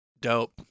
Dope